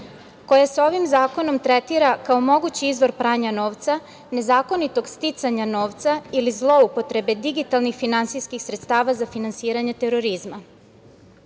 koja se ovim zakonom tretira kao mogući izvor pranja novca, nezakonitog sticanja novca ili zloupotrebe digitalnih finansijskih sredstava za finansiranje terorizma. Ono